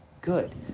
good